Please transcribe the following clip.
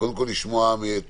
על החובה לשמור על מרחק ולהימנע